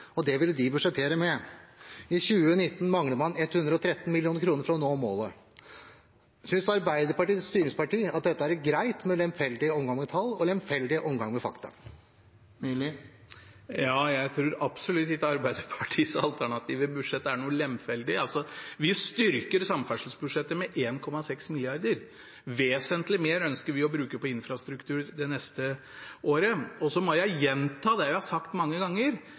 at det ville de budsjettere med. I 2019 mangler man 113 mill. kr for å nå målet. Synes Arbeiderpartiet som styringsparti at det er greit med lemfeldig omgang med tall og lemfeldig omgang med fakta? Jeg tror absolutt ikke Arbeiderpartiets alternative budsjett er noe lemfeldig. Vi styrker samferdselsbudsjettet med 1,6 mrd. kr. Vesentlig mer ønsker vi å bruke på infrastruktur det neste året. Så må jeg gjenta det jeg har sagt mange ganger: